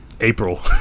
April